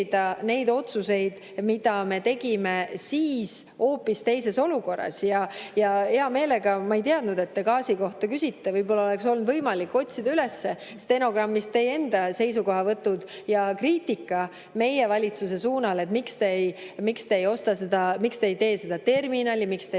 neid otsuseid, mida me tegime siis hoopis teises olukorras. Ma ei teadnud, et te gaasi kohta küsite. Võib-olla oleks olnud võimalik otsida üles stenogrammist teie enda seisukohavõtud ja kriitika meie valitsuse suunas: miks te ei osta seda, miks te ei tee seda terminali, miks te ei